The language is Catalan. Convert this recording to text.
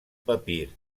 papir